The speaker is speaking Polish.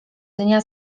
dnia